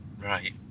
Right